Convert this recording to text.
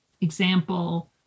example